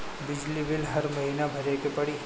बिजली बिल हर महीना भरे के पड़ी?